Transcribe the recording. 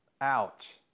Ouch